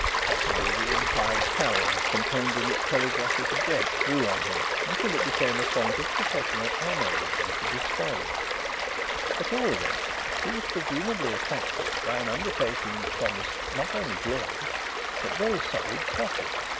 possibly the implied challenge contained in its telegraphic address grew on him until it became a point of professional honour with him to despoil it at all events he was presumedly attracted by an undertaking that promised not only glory but very solid profit.